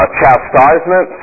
chastisement